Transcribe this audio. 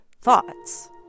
thoughts